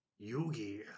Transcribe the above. Yugi